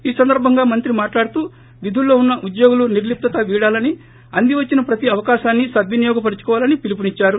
ఈ సందర్బంగా మంత్రి మాట్లాడుతూ విధుల్లో ఉన్న ఉద్యోగులు నిర్లిప్తత విడాలని అందివచ్చిన ప్రతి అవకాశాన్ని సద్వినియోగపరుచుకోవాలని పిలుపునిచ్చారు